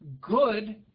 good